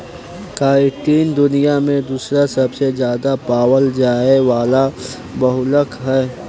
chitin दुनिया में दूसरा सबसे ज्यादा पावल जाये वाला बहुलक ह